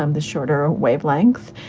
um the shorter wavelength.